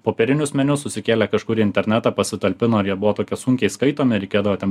popierinius meniu susikėlė kažkur į internetą pasitalpino ir jie buvo tokie sunkiai skaitomi reikėdavo ten